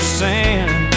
sand